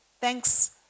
Thanks